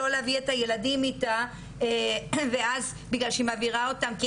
לא להביא את הילדים איתה ואז בגלל שהיא מעבירה אותם,